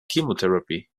chemotherapy